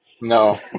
No